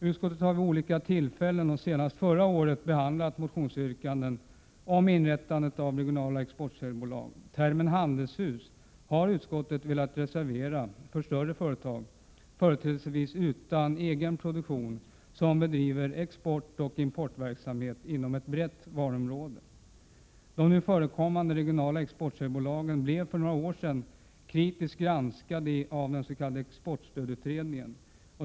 Utskottet har vid olika tillfällen, senast förra året, behandlat motionsyrkanden om inrättande av regionala exportsäljbolag. Termen ”handelshus” har utskottet velat reservera för större företag — företrädesvis utan egen produktion — som bedriver exportoch importverksamhet inom ett brett varuområde. De nu förekommande regionala exportsäljbolagen blev för några år sedan kritiskt granskade av den s.k. exportstödsutredningen.